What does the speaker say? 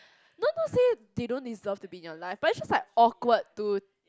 no don't say they don't deserve to be in your life but is just awkward to